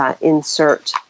insert